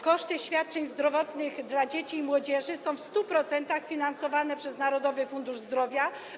Koszty świadczeń zdrowotnych dla dzieci i młodzieży są w 100% finansowane przez Narodowy Fundusz Zdrowia.